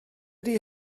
ydy